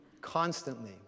constantly